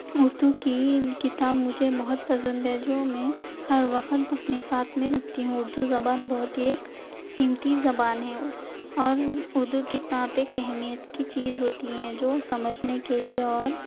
اردو کی کتاب مجھے بہت پسند ہے جو میں ہر وقت اپنے ساتھ میں رکھتی ہوں اردو زبان بہت ہی ایک قیمتی زبان ہے اور اردو کتاب ایک اہمیت کی چیز ہوتی ہے جو سمجھنے کے لئے اور